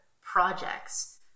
projects